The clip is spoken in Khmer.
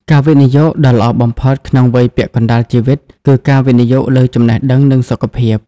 ការវិនិយោគដ៏ល្អបំផុតក្នុងវ័យពាក់កណ្តាលជីវិត គឺការវិនិយោគលើ "ចំណេះដឹង" និង "សុខភាព"។